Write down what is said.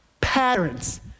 patterns